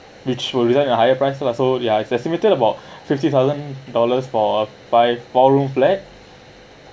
which will result in a higher price lah so yeah it's estimated about fifty thousand dollars for five four room flat